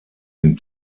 den